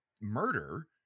murder